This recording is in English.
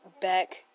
back